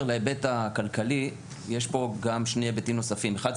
להיבט הכלכלי יש פה גם שני היבטים נוספים: אחד,